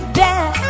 death